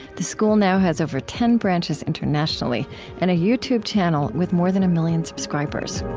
the school now has over ten branches internationally and a youtube channel with more than a million subscribers